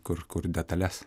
kur kur detales